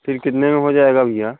फिर कितने में हो जाएगा भैया